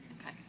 Okay